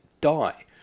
die